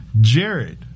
jared